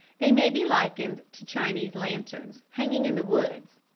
they may be likened to chinese lanterns hanging in the woods.